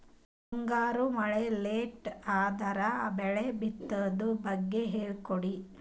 ಮುಂಗಾರು ಮಳೆ ಲೇಟ್ ಅದರ ಬೆಳೆ ಬಿತದು ಬಗ್ಗೆ ಹೇಳಿ ಕೊಡಿ?